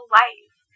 life